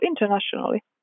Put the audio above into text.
internationally